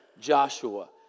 Joshua